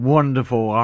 Wonderful